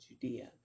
Judea